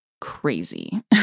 crazy